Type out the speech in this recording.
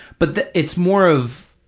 but it's more of,